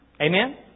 Amen